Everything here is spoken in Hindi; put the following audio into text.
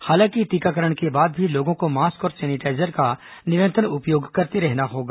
हालांकि टीकाकरण के बाद भी लोगों को मास्क और सेनेटाईजर का निरंतर उपयोग करते रहना होगा